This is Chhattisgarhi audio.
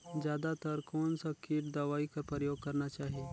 जादा तर कोन स किट दवाई कर प्रयोग करना चाही?